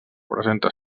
presenta